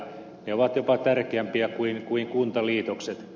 ne ovat jopa tärkeämpiä kuin kuntaliitokset